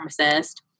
pharmacist